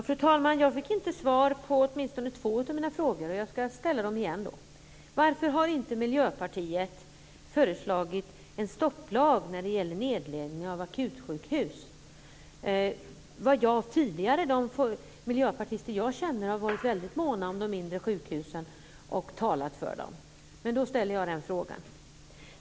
Fru talman! Jag fick inte svar på åtminstone två av mina frågor. Jag ska ställa dem igen. Varför har inte Miljöpartiet föreslagit en stopplag när det gäller nedläggning av akutsjukhus? Tidigare har de miljöpartister jag känner varit väldigt måna om akutsjukhusen och talat för dem. Jag ställer alltså den frågan.